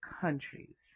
countries